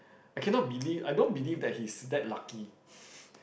I cannot believe I don't believe that he's that lucky